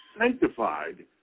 sanctified